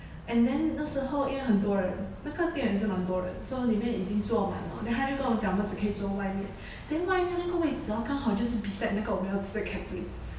and then 那时候因为很多人那个店也是蛮多人 so 里面已经坐满了 then 他就跟我讲只可以坐外面 then 外面那个位子 hor 刚好就是 beside 那个我们要吃的 cafe